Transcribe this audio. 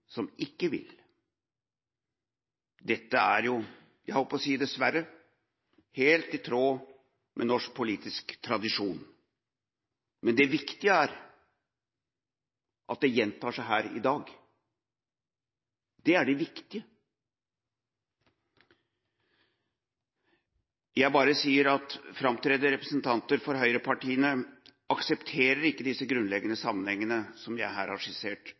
som ikke vil. Dette er – jeg holdt på å si dessverre – helt i tråd med norsk politisk tradisjon. Men det viktige er at det gjentar seg her i dag – det er det viktige. Framtredende representanter for høyrepartiene aksepterer ikke disse grunnleggende sammenhengene som jeg her har skissert,